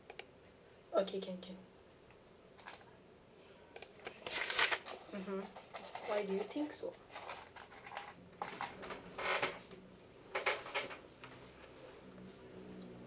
okay can can mmhmm why do you think so